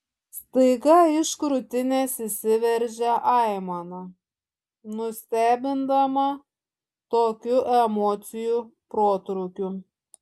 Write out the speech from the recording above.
staiga iš krūtinės išsiveržė aimana nustebindama tokiu emocijų protrūkiu